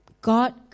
God